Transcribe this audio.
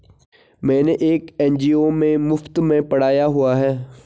मैंने एक एन.जी.ओ में मुफ़्त में पढ़ाया हुआ है